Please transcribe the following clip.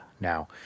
now